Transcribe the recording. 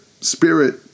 spirit